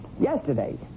Yesterday